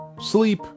sleep